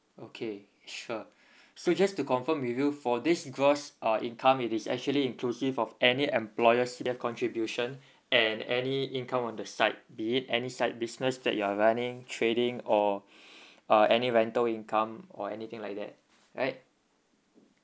okay sure so just to confirm with you for this gross uh income it is actually inclusive of any employers contribution and any income on the side be it any side business that you are running trading or uh any rental income or anything like that right